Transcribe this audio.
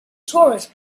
tourists